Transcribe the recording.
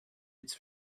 its